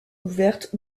ouvertes